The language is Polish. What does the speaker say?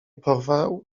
porwał